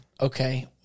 Okay